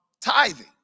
tithing